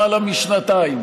למעלה משנתיים.